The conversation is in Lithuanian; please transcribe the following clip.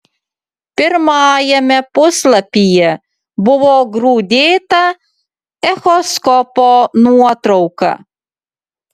pirmajame puslapyje buvo grūdėta echoskopo nuotrauka